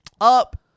up